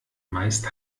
meist